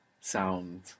sound